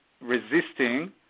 resisting